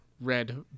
red